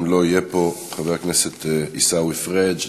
אם לא יהיה פה חבר הכנסת עיסאווי פריג',